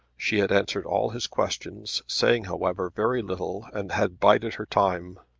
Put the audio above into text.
she had answered all his questions, saying, however, very little, and had bided her time.